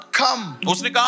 come